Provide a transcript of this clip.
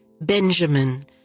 Benjamin